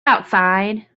outside